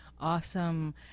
Awesome